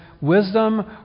wisdom